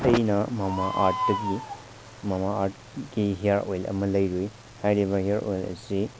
ꯑꯩꯅ ꯃꯃꯥꯑꯥꯔꯠꯇꯒꯤ ꯃꯃꯥꯑꯥꯔꯠꯀꯤ ꯍꯤꯌꯔ ꯑꯣꯏꯜ ꯑꯃ ꯂꯩꯔꯨꯏ ꯍꯥꯏꯔꯤꯕ ꯍꯤꯌꯔ ꯑꯣꯏꯜ ꯑꯁꯤ